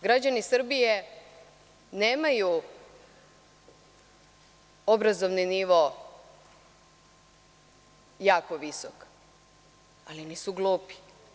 Građani Srbije nemaju obrazovni nivo jako visok, ali nisu glupi.